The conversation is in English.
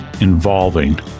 involving